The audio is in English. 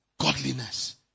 Godliness